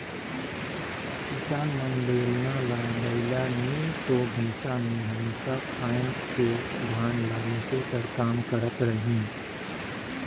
किसान मन बेलना ल बइला नी तो भइसा मे हमेसा फाएद के धान ल मिसे कर काम करत रहिन